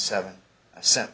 seven cents